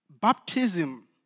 baptism